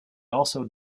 also